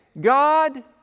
God